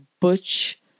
butch